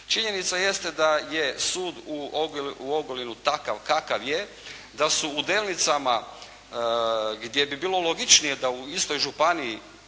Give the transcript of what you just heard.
Činjenica jeste da je sud u Ogulinu takav kakav je, da su u Delnicama gdje bi bilo logičnije da u istoj županiji